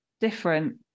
different